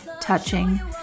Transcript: touching